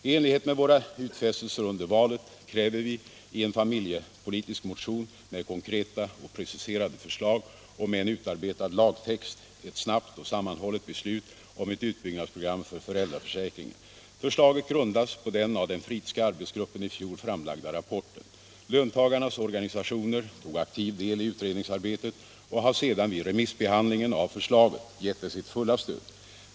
I enlighet med våra utfästelser under valet kräver vi i en familjepolitisk motion med konkreta och preciserade förslag och med en utarbetad lagtext ett snabbt och sammanhållet beslut om ett utbyggnadsprogram för föräldraförsäkringen. Förslaget grundas på den av den Fridhska arbetsgruppen i fjol framlagda rapporten. Löntagarnas organisationer tog aktivt del i utredningsarbetet och har sedan i remissbehandlingen av förslaget givit det sitt fulla stöd.